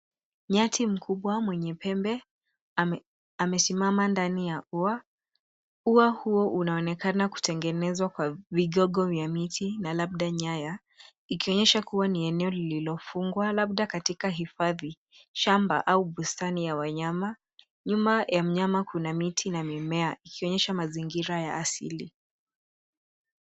Nyati mkubwa mwenye pembe amesimama ndani ya ua. Ua huo unaonekana kutengeneza kwa vigogo vya miti na labda nyaya ikionyesha kuwa ni eneo lililofungwa labda katika hifadhi, shamba au bustani ya wanyama. Nyuma ya mnyama kuna miti na mimea ikionyesha mazingira ya asili.